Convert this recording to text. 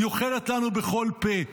היא אוכלת אותנו בכל פה.